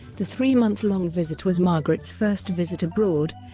the three-month-long visit was margaret's first visit abroad,